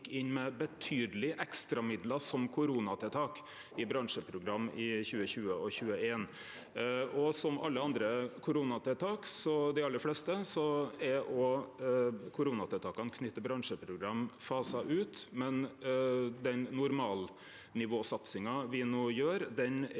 med betydelege ekstramidlar som koronatiltak i bransjeprogram i 2020 og 2021. Som dei aller fleste andre koronatiltak er òg koronatiltaka knytte til bransjeprogram fasa ut, men den normalnivåsatsinga me no gjer,